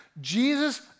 Jesus